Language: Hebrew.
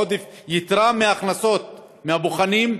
עודף יתרה מההכנסות מהמבחנים,